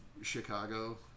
Chicago